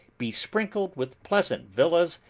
besprinkled with pleasant villas,